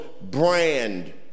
brand